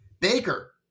Baker